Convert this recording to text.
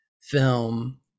film